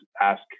ask